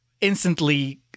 instantly